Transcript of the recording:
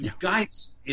Guys